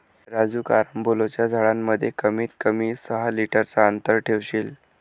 राजू कारंबोलाच्या झाडांमध्ये कमीत कमी सहा मीटर चा अंतर ठेवशील